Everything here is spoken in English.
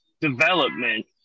development